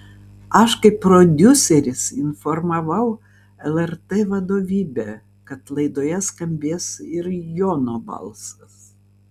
aš kaip prodiuseris informavau lrt vadovybę kad laidoje skambės ir jono balsas